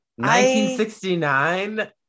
1969